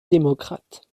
démocrate